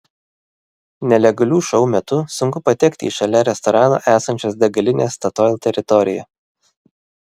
nelegalių šou metu sunku patekti į šalia restorano esančios degalinės statoil teritoriją